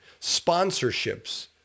Sponsorships